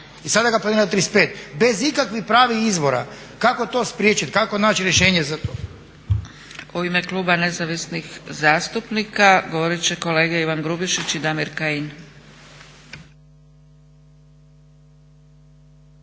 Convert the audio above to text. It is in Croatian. I sada ga planira 35, bez ikakvih pravih izvor. Kako to spriječiti, kako naći rješenje za to?